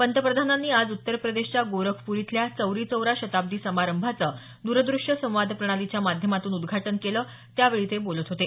पंतप्रधानांनी आज उत्तर प्रदेशच्या गोरखप्र इथल्या चौरीचौरा शताब्दी समारंभाचं द्रद्रश्य संवाद प्रणालीच्या माध्यमातून उद्घाटन केलं त्यावेळी ते बोलत होते